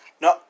No